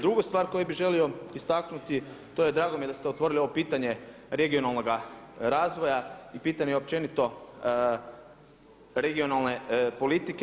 Drugu stvar koju bih želio istaknuti, drago mi je da ste otvorili ovo pitanje regionalnoga razvoja i pitanje općenito regionalne politike.